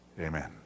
Amen